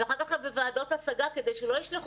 ואחר כך הם בוועדות השגה כדי שלא ישלחו